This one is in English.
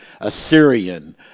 Assyrian